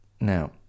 now